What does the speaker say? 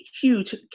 huge